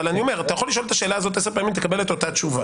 אתה יכול לשאול את השאלה 10 פעמים ותקבל את אותה התשובה.